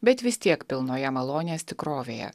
bet vis tiek pilnoje malonės tikrovėje